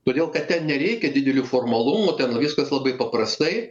todėl kad ten nereikia didelių formalumų ten viskas labai paprastai